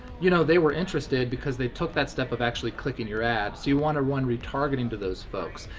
you know they were interested because they took that step of actually clicking your ad, so you wanna run retargeting to those folks.